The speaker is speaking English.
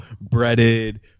breaded